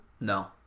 No